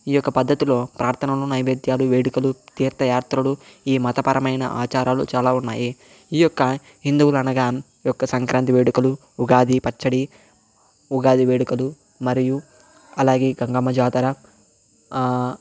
ఈ యొక్క పద్ధతిలో ప్రార్థనలను నైవేద్యాలు వేడుకలు తీర్థయాత్రలు ఈ మతపరమైన ఆచారాలు చాలా ఉన్నాయి ఈ యొక్క హిందువులు అనగా ఈ యొక్క సంక్రాంతి వేడుకలు ఉగాది పచ్చడి ఉగాది వేడుకలు మరియు అలాగే గంగమ్మ జాతర